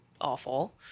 awful